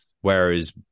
Whereas